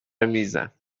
میزم